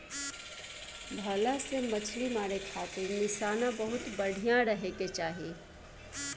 भला से मछली मारे खातिर निशाना बहुते बढ़िया रहे के चाही